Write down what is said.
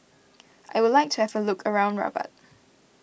I would like to have a look around Rabat